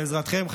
בעזרתכם,